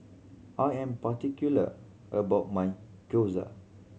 I am particular about my Gyoza